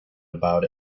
about